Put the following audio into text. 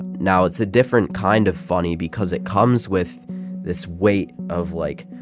and now it's a different kind of funny because it comes with this weight of, like,